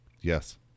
Yes